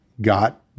got